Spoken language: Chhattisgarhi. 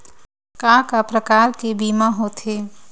का का प्रकार के बीमा होथे?